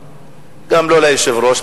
וגם לא ליושב-ראש,